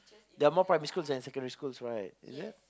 there are more primary than secondary school right yet